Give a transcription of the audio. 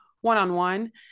one-on-one